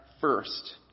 first